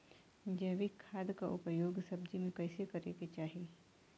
जैविक खाद क उपयोग सब्जी में कैसे करे के चाही?